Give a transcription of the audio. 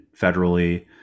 federally